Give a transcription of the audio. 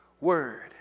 word